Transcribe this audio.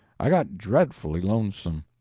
i got dreadfully lonesome.